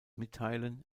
mitteilen